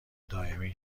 دائمی